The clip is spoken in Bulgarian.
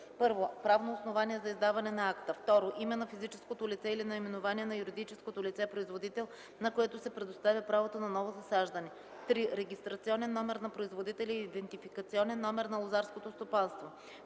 1. правно основание за издаване на акта; 2. име на физическото лице или наименование на юридическото лице - производител, на което се предоставя правото на ново засаждане; 3. регистрационен номер на производителя и идентификационен номер на лозарското стопанство;